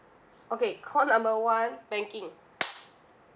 okay call number one banking